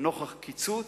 נוכח הקיצוץ,